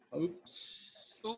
Oops